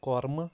کۄرمہٕ